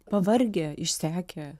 pavargę išsekę